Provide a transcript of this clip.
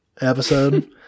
episode